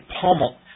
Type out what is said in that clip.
pummel